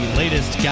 latest